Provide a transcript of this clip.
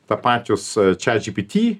tapačius chatgpt